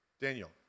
Daniel